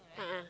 a'ah